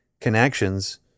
connections